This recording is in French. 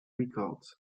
records